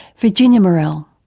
virginia morell.